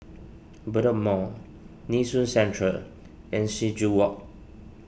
Bedok Mall Nee Soon Central and Sing Joo Walk